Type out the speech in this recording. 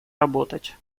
работать